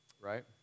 right